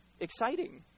exciting